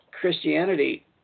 Christianity